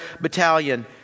battalion